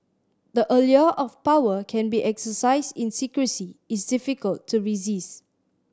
the allure of power can be exercised in secrecy is difficult to resist